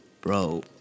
Bro